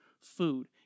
food